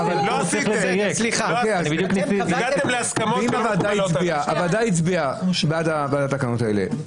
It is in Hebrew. ואם הוועדה הצביעה בעד התקנות האלה,